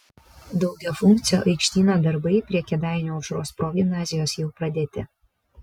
daugiafunkcio aikštyno darbai prie kėdainių aušros progimnazijos jau pradėti